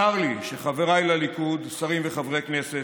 צר לי שחבריי בליכוד, שרים וחברי כנסת,